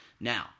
Now